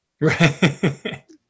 Right